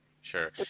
Sure